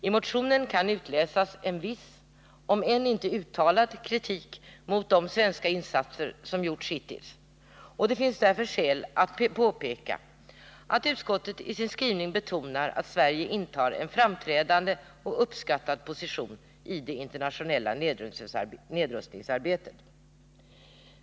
I motionen kan utläsas en viss —om än inte uttalad — kritik mot de svenska insatser som gjorts hittills. Det finns därför skäl att påpeka att utskottet i sin skrivning betonar att Sverige intar en framträdande och uppskattad position i det internationella nedrustningsarbetet.